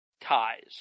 ties